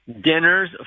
Dinners